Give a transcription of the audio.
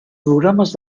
programes